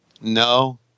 No